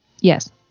Yes